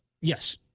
yes